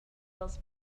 dels